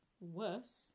worse